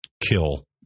kill